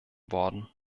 worden